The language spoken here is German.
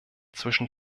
zwischen